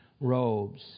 robes